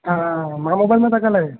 महा मोबाइल मां था ॻाल्हायो